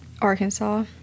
Arkansas